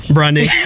Brandy